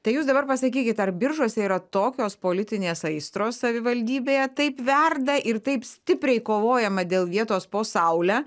tai jūs dabar pasakykit ar biržuose yra tokios politinės aistros savivaldybėje taip verda ir taip stipriai kovojama dėl vietos po saule